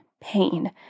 pain